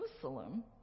Jerusalem